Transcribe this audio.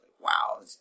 Wow